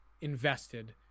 invested